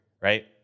right